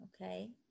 Okay